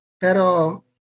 pero